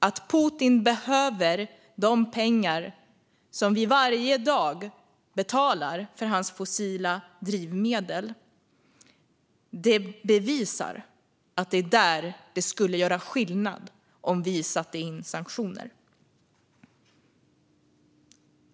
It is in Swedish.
Att Putin behöver de pengar som vi varje dag betalar för hans fossila drivmedel bevisar att det är där som det skulle göra skillnad om vi satte in sanktioner.